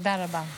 תודה רבה.